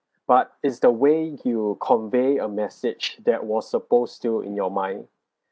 but is the way you convey a message that was supposed to in your mind